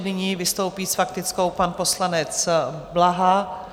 Nyní vystoupí s faktickou pan poslanec Blaha.